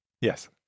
Yes